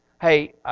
Hey